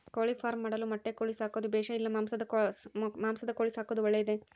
ಕೋಳಿಫಾರ್ಮ್ ಮಾಡಲು ಮೊಟ್ಟೆ ಕೋಳಿ ಸಾಕೋದು ಬೇಷಾ ಇಲ್ಲ ಮಾಂಸದ ಕೋಳಿ ಸಾಕೋದು ಒಳ್ಳೆಯದೇ?